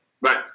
Right